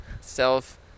self